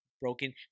broken